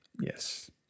Yes